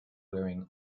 wearing